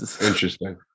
Interesting